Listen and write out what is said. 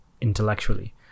intellectually